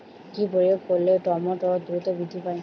কি প্রয়োগ করলে টমেটো দ্রুত বৃদ্ধি পায়?